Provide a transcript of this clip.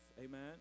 Amen